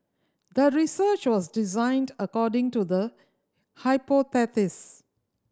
the research was designed according to the hypothesis